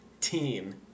team